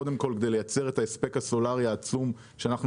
קודם כל כדי לייצר את ההספק הסולארי העצום שאנחנו